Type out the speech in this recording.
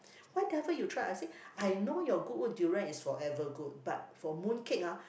why never you try I say I know your Goodwood durian is forever good but for mooncake ah